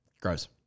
gross